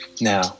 now